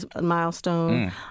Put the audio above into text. milestone